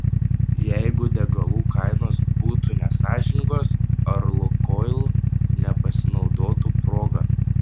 jeigu degalų kainos būtų nesąžiningos ar lukoil nepasinaudotų proga